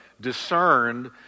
discerned